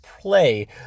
play